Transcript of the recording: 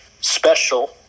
special